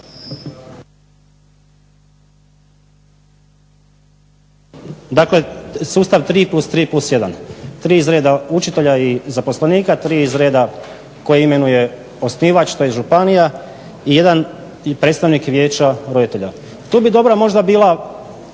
dakle sustav 3+3+1. 3 iz reda učitelja i zaposlenika, 3 iz reda koje imenuje osnivač tj. županija i jedan predstavnik vijeća roditelja. Tu bi dobra možda bila